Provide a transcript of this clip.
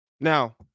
Now